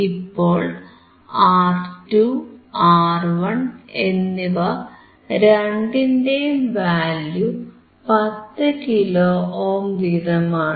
ഇപ്പോൾ R two R one എന്നിവ രണ്ടിന്റെയും വാല്യൂ 10 കിലോ ഓം വീതമാണ്